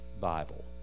Bible